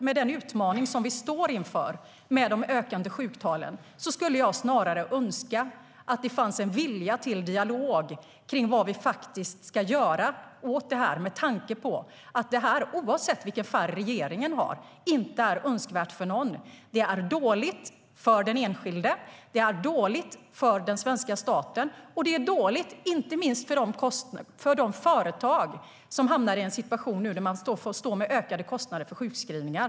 Med den utmaning vi står inför med de ökande sjuktalen skulle jag snarare önska att det fanns en vilja till dialog om vad vi ska göra åt detta med tanke på att det oavsett vilken färg regeringen har inte är önskvärt för någon. Det är dåligt för den enskilde. Det är dåligt för den svenska staten. Det är dåligt inte minst för de företag som hamnar i en situation där de nu får stå med ökade kostnader för sjukskrivningar.